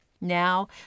Now